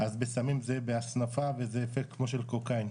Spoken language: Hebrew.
אז בסמים זה בהסנפה וזה אפקט כמו של קוקאין,